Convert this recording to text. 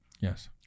Yes